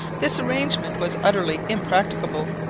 this arrangement was utterly impracticable.